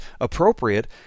appropriate